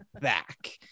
back